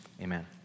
amen